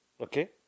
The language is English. Okay